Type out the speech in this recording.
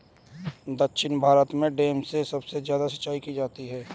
दक्षिण भारत में डैम से सबसे ज्यादा सिंचाई की जाती है